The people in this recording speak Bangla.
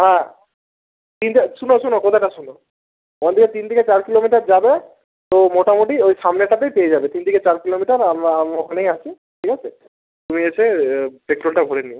হ্যাঁ তিনটে শোনো শোনো কথাটা শোনো ওখান থেকে তিন থেকে চার কিলোমিটার যাবে তো মোটামোটি ওই সামনেটাতেই পেয়ে যাবে তিন থেকে চার কিলোমিটার ওখানেই আছে ঠিক আছে তুমি এসে পেট্রলটা ভরে নিও